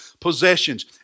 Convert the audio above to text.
possessions